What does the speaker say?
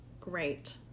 Great